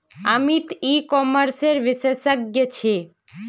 Amit e कॉमर्सेर विशेषज्ञ छे